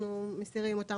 אנחנו מסירים את המילים,